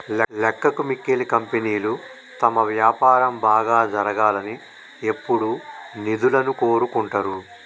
లెక్కకు మిక్కిలి కంపెనీలు తమ వ్యాపారం బాగా జరగాలని ఎప్పుడూ నిధులను కోరుకుంటరు